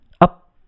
Up